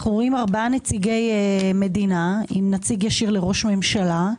אנחנו רואים ארבעה נציגי מדינה עם נציג ישיר לראש הממשלה,